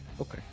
okay